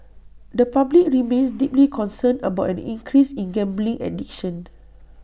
the public remains deeply concerned about an increase in gambling addiction